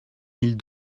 mille